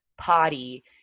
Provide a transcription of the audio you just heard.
potty